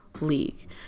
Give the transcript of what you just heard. league